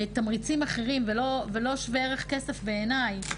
תמריצים אחרים, ולא שווה ערך כסף, בעיניי.